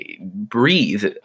breathe